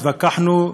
התווכחנו,